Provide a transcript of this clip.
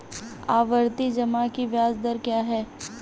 आवर्ती जमा की ब्याज दर क्या है?